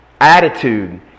attitude